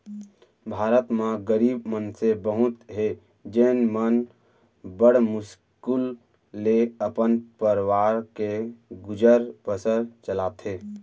भारत म गरीब मनसे बहुत हें जेन मन बड़ मुस्कुल ले अपन परवार के गुजर बसर चलाथें